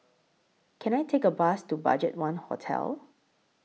Can I Take A Bus to BudgetOne Hotel